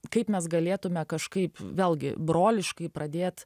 kaip mes galėtume kažkaip vėlgi broliškai pradėt